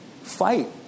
Fight